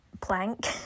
Plank